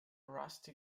rusty